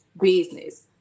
business